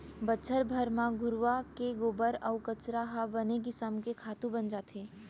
बछर भर म घुरूवा के गोबर अउ कचरा ह बने किसम के खातू बन जाथे